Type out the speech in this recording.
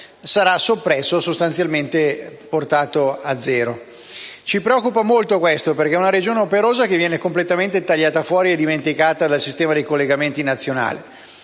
sarà soppresso e sostanzialmente portato a zero. Questo ci preoccupa molto perché una Regione operosa verrà completamente tagliata fuori e dimenticata dal sistema dei collegamenti nazionali.